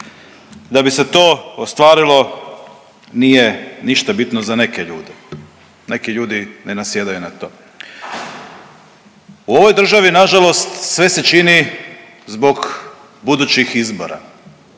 Da bi se to ostvarilo nije ništa bitno za neke ljude. Neki ljudi ne nasjedaju na to. U ovoj državi na žalost sve se čini zbog budućih izbora.